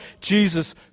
Jesus